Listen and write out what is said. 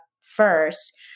first